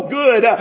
good